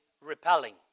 repelling